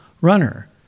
runner